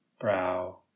brow